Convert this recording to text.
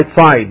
side